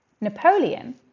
Napoleon